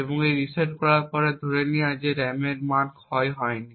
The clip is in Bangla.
এবং রিসেট করার পরে ধরে নেওয়া যে র্যামের মান ক্ষয় হয়নি